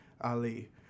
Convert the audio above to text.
Ali